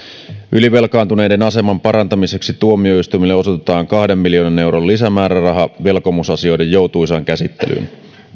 ylivelkaantuneiden aseman parantamiseksi tuomioistuimille osoitetaan kahden miljoonan euron lisämääräraha velkomusasioiden joutuisaan käsittelyyn